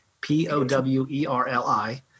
P-O-W-E-R-L-I